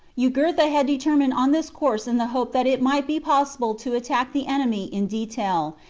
jugurtha had determined on this course in the hope that it might be possible to attack the enemy in detail,